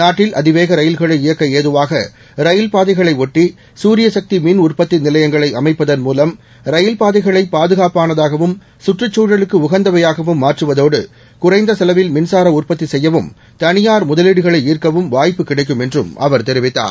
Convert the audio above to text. நாட்டில் அதிவேக ரயில்களை இயக்க ஏதுவாக ரயில் பாதைகளை ஒட்டி சூரியசக்தி மின் உற்பத்தி நிலையங்களை அமைப்பதன் ரயில்பாதைகளை பாதுகாப்பானதாகவும் சுற்றுச்சூழலுக்கு உகந்தவையாகவும் மாற்றுவதோடு குறைந்த செலவில் மின்சார உற்பத்தி செய்யவும் தனியார் முதலீடுகளை ஈர்க்கவும் வாய்ப்பு கிடைக்கும் என்றும் அவர் தெரிவித்தார்